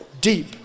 deep